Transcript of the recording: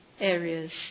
areas